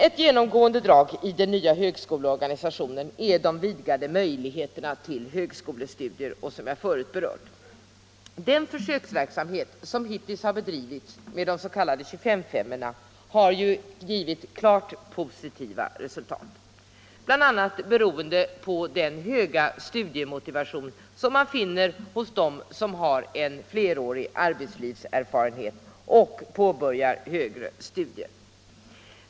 Ett genomgående drag i den nya högskoleorganisationen är de vidgade möjligheterna till högskolestudier som jag förut berört. Den försöksverksamhet som hittills har bedrivits med de s.k. 25:S-orna har givit klart positiva resultat, bl.a. beroende på den höga studiemotivation som man finner hos dem som har en flerårig arbetslivserfarenhet och påbörjar högre studier.